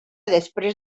després